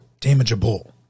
damageable